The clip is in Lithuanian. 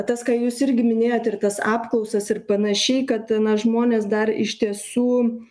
tas ką jūs irgi minėjot ir tas apklausas ir panašiai kad na žmonės dar iš tiesų